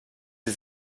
sie